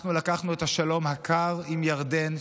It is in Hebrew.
אנחנו לקחנו את השלום הקר עם ירדן,